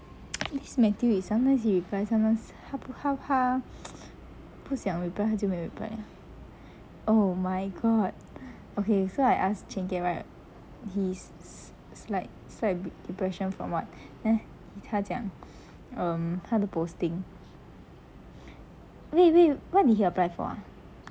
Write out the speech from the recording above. this matthew is sometimes he reply sometimes 他他他 不想 reply 他就没有 reply oh my god okay so I ask chin kiat right he s~ s~ slig~ slight depression from what then 他讲 um 他的 posting 喂喂 what did he apply for ah